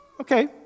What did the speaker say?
Okay